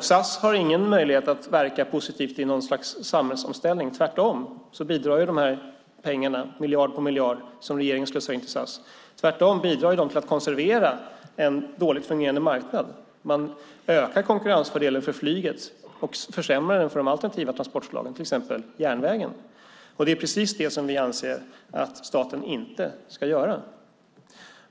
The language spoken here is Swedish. SAS har ingen möjlighet att verka positivt i någon samhällsomställning. Tvärtom bidrar de miljarder som regeringen slussar in i SAS till att konservera en dåligt fungerande marknad. Man ökar konkurrensfördelen för flyget och försämrar den för de alternativa transportslagen, till exempel järnvägen. Det är precis det som vi anser att staten inte ska göra.